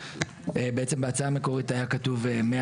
בעצם בהצעה המקורית היה כתוב 100